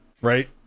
Right